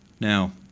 now,